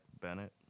Bennett